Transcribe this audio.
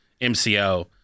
MCO